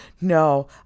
No